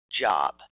job